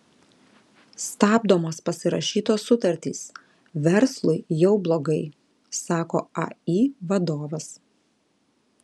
stabdomos pasirašytos sutartys verslui jau blogai sako ai vadovas